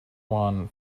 one